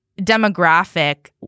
demographic